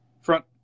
Front